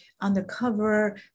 undercover